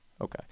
Okay